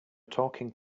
talking